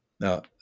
Now